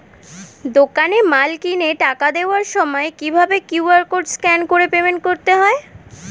দোকানে মাল কিনে টাকা দেওয়ার সময় কিভাবে কিউ.আর কোড স্ক্যান করে পেমেন্ট করতে হয়?